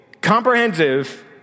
comprehensive